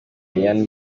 ian